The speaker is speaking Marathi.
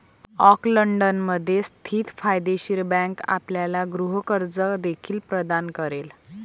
ऑकलंडमध्ये स्थित फायदेशीर बँक आपल्याला गृह कर्ज देखील प्रदान करेल